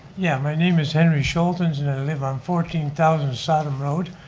yeah, my name is henry shultans and i live on fourteen thousand sodom road.